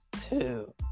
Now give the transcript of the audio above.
two